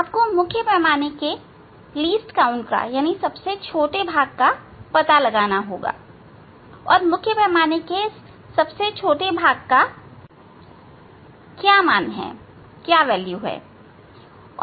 आपको मुख्य पैमाने के सबसे छोटे भाग का पता लगाना होगा और मुख्य पैमाने के इस सबसे छोटे भाग की क्या मान है